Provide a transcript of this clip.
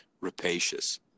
rapacious